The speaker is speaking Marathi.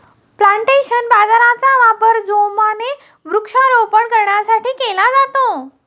प्लांटेशन बारचा वापर जोमाने वृक्षारोपण करण्यासाठी केला जातो